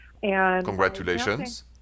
Congratulations